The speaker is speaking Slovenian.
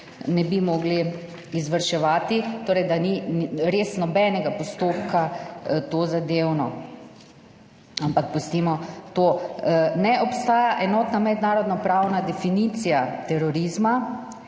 ne bi mogli izvrševati, torej da ni res nobenega postopka tozadevno, ampak pustimo to. Ne obstaja enotna mednarodnopravna definicija terorizma,